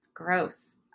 gross